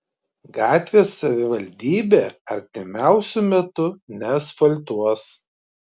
gatvės savivaldybė artimiausiu metu neasfaltuos